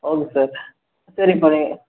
okay sir சரி இப்போ